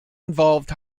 involved